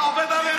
אתה עובד עלינו?